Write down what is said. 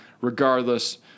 Regardless